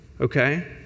okay